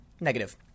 Negative